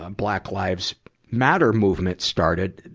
ah black lives matter movement started,